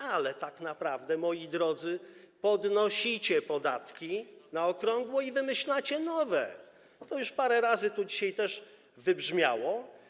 Ale tak naprawdę, moi drodzy, podnosicie podatki na okrągło i wymyślacie nowe, to już parę razy dzisiaj też wybrzmiało.